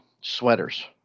sweaters